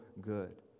good